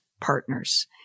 partners